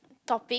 topic